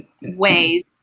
ways